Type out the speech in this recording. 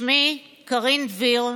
שמי קרין דביר,